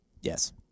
Yes